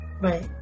Right